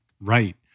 Right